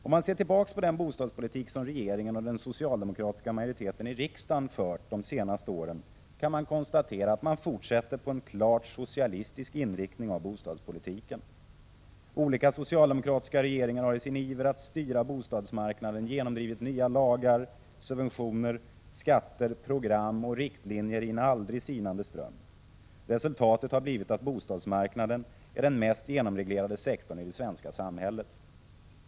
Om man ser tillbaka på den bostadspolitik som regeringen och den socialdemokratiska majoriteten i riksdagen fört de senaste åren kan man konstatera att socialdemokraterna fortsätter att ha en klart socialistisk inriktning av bostadspolitiken. Olika socialdemokratiska regeringar har i sin iver att styra bostadsmarknaden genomdrivit nya lagar, subventioner, skatter, program och riktlinjer i en aldrig sinande ström. Resultatet har blivit att bostadsmarknaden är den mest genomreglerade sektorn i det svenska samhället.